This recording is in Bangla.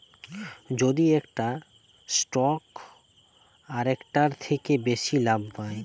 যদি একটা স্টক আরেকটার থেকে বেশি লাভ পায়